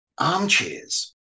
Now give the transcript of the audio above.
Armchairs